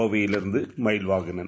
கோவையிலிருந்து மயில் வாகனன்